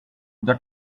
that